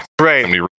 Right